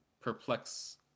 perplex